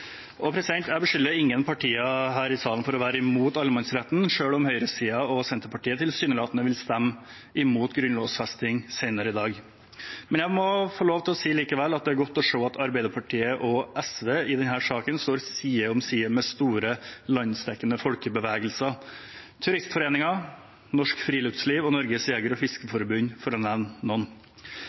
Jeg beskylder ingen partier her i salen for å være imot allemannsretten selv om høyresiden og Senterpartiet tilsynelatende vil stemme imot grunnlovfesting senere i dag. Men jeg må likevel få lov til å si at det er godt å se at Arbeiderpartiet og SV i denne saken står side om side med store landsdekkende folkebevegelser: Turistforeningen, Norsk Friluftsliv og Norges Jeger- og Fiskerforbund – for å nevne noen.